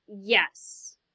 Yes